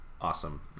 awesome